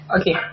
Okay